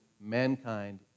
mankind